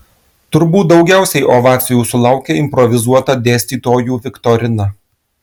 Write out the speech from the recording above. turbūt daugiausiai ovacijų sulaukė improvizuota dėstytojų viktorina